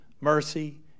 mercy